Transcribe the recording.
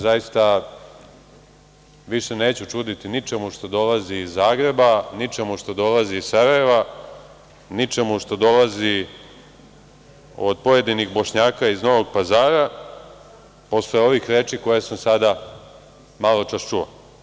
Zaista se više neću čuditi ničemu što dolazi iz Zagreba, ničemu što dolazi iz Sarajeva, ničemu što dolazi od pojedinih Bošnjaka iz Novog Pazara posle ovih reči koje sam sada, maločas čuo.